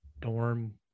dorm